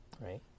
right